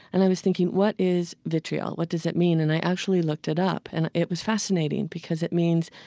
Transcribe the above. and i was thinking, what is vitriol? what does it mean? and i actually looked it up and it was fascinating because it means